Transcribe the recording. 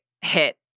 hit